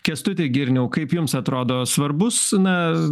kęstuti girniau kaip jums atrodo svarbus na